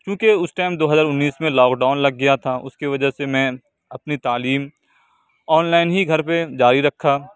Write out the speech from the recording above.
چونکہ اس ٹائم دو ہزار انیس میں لاک ڈاؤن لگ گیا تھا اس کی وجہ سے میں اپنی تعلیم آن لائن ہی گھر پہ جاری رکھا